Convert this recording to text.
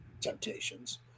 temptations